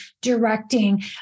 directing